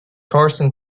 carson